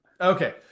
Okay